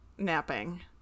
napping